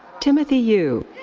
timmothy yoo.